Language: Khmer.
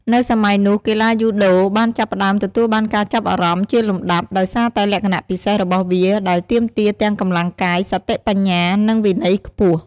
នៅសម័យនោះ កីឡាយូដូបានចាប់ផ្តើមទទួលបានការចាប់អារម្មណ៍ជាលំដាប់ ដោយសារតែលក្ខណៈពិសេសរបស់វាដែលទាមទារទាំងកម្លាំងកាយ សតិបញ្ញា និងវិន័យខ្ពស់ ។